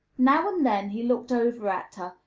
now and then he looked over at her,